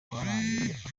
twarangije